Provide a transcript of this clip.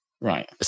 Right